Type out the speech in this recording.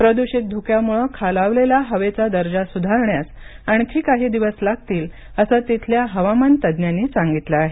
प्रदूषित धुक्यामुळे खालावलेला हवेचा दर्जा सुधारण्यास आणखी काही दिवस लागतील असं तिथल्या हवामान तज्ज्ञांनी सांगितलं आहे